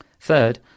Third